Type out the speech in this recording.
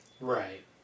Right